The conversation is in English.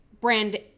brand